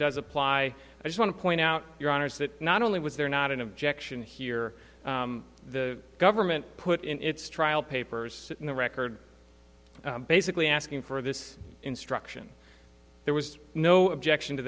does apply i just want to point out your honour's that not only was there not an objection here the government put in its trial papers in the record basically asking for this instruction there was no objection to